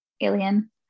alien